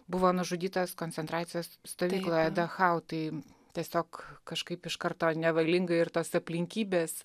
buvo nužudytas koncentracijos stovykloje dachau tai tiesiog kažkaip iš karto nevalingai ir tos aplinkybės